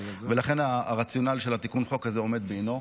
ולכן הרציונל של תיקון החוק הזה עומד בעינו.